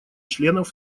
членов